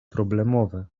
problemowe